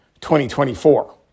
2024